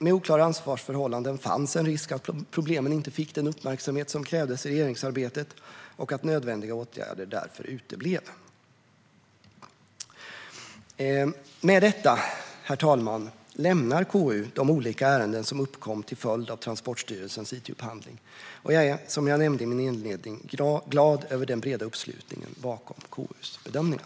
Med oklara ansvarsförhållanden fanns det en risk för att problemen inte fick den uppmärksamhet som krävdes i regeringsarbetet och att nödvändiga åtgärder därför uteblev. Herr talman! Med detta lämnar KU de olika ärenden som uppkom till följd av Transportstyrelsens it-upphandling och jag är, som jag nämnde i min inledning, glad över den breda uppslutningen bakom KU:s bedömningar.